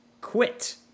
quit